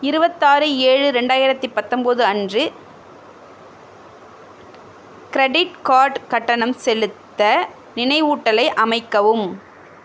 இருபத்தாறு ஏழு ரெண்டாயிரத்து பத்தொம்பது அன்று கிரெடிட் கார்டு கட்டணம் செலுத்த நினைவூட்டலை அமைக்கவும்